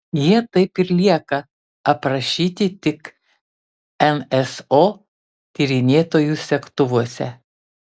jie taip ir lieka aprašyti tik nso tyrinėtojų segtuvuose